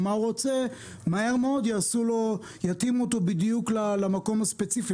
או מה הוא רוצה מהר מאוד יתאימו אותו בדיוק למקום הספציפי.